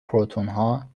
پروتونها